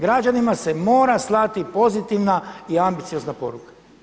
Građanima se mora slati pozitivna i ambiciozna poruka.